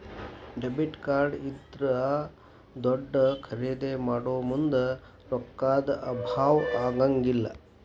debit card ಇದ್ರಾ ದೊಡ್ದ ಖರಿದೇ ಮಾಡೊಮುಂದ್ ರೊಕ್ಕಾ ದ್ ಅಭಾವಾ ಆಗಂಗಿಲ್ಲ್